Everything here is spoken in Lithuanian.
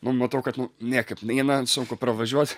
nu matau kad niekaip neina sunku pravažiuot